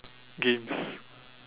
games